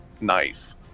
knife